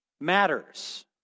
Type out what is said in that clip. matters